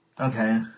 Okay